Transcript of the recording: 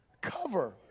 Cover